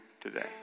today